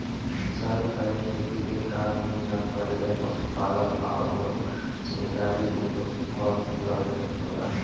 किसान खाली खेती के काम ही ना करेलें, पशुपालन आ अउरो जिम्मेदारी ऊ लोग कअ लगे होला